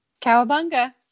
Cowabunga